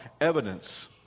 evidence